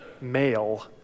male